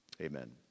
Amen